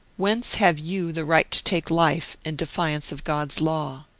whence have you the right to take life in defiance of god's law?